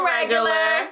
Regular